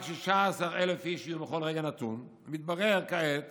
רק 16,000 איש בכל רגע נתון, מתברר כעת